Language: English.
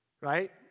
right